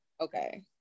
okay